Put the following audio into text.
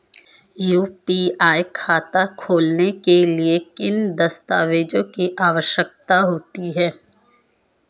UPI खाता खोलने के लिए किन दस्तावेज़ों की आवश्यकता होती है?